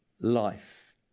life